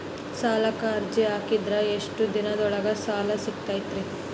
ಸಾಲಕ್ಕ ಅರ್ಜಿ ಹಾಕಿದ್ ಎಷ್ಟ ದಿನದೊಳಗ ಸಾಲ ಸಿಗತೈತ್ರಿ?